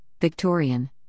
Victorian